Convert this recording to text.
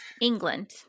England